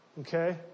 Okay